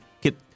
get